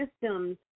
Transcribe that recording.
systems